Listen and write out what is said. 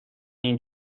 این